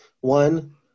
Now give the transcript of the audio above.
one